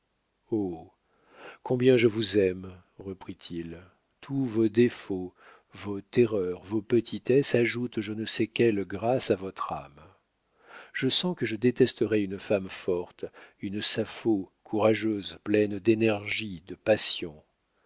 combien je vous aime reprit-il tous vos défauts vos terreurs vos petitesses ajoutent je ne sais quelle grâce à votre âme je sens que je détesterais une femme forte une sapho courageuse pleine d'énergie de passion